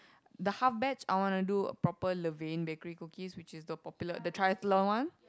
the half batch I wanna do a proper Levain Bakery cookies which is the popular the triathlon one